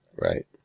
Right